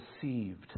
deceived